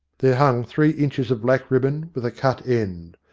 there hung three inches of black ribbon, with a cut end.